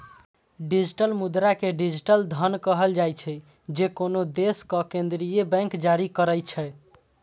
digital मुद्रा कें digital धन कहल जाइ छै, जे कोनो देशक केंद्रीय बैंक जारी करै छै